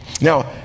now